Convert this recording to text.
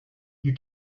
you